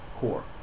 Core